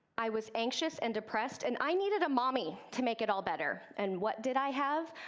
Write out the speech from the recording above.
i was anxious and depressed, and i needed a mommy to make it all better. and what did i have?